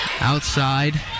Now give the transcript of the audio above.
outside